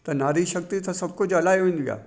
त नारी शक्ती त सभु कुझु इलाही हूंदी आहे